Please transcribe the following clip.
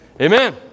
amen